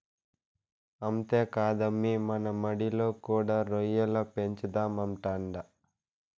అంతేకాదమ్మీ మన మడిలో కూడా రొయ్యల పెంచుదామంటాండా